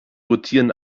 rotieren